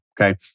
Okay